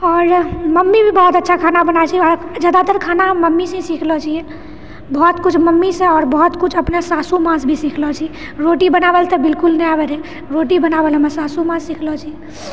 आओर मम्मी भी बहुत अच्छा खाना बनाबै छै जादातर खाना हम मम्मीसँ ही सिखलो छियै बहुत किछु मम्मीसँ आओर बहुत किछु अपना सासुमाँ सँ भी सिखलो छियै रोटी बनाबै तऽ बिल्कुल नहि आबै रहै रोटी बनाबल हमरा सासु माँ सिखैलो छै